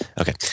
Okay